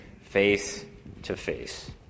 face-to-face